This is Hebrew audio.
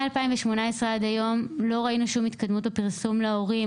מ-2018 ועד היום לא ראינו שום התקדמות בפרסום להורים,